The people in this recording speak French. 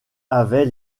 avait